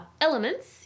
elements